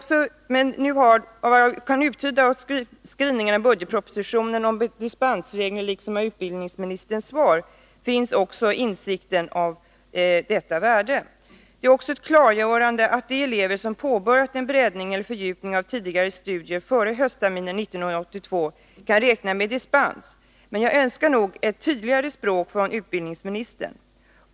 Såvitt jag kan uttyda av skrivningarna i budgetpropositionen om dispensregler liksom av utbildningsministerns svar finns också insikten om detta värde. Det är också ett klargörande besked att de elever som påbörjat en breddning eller fördjupning av tidigare studier före höstterminen 1982 kan räkna med dispens. Men jag önskar nog ändå ett tydligare svar från utbildningsministern.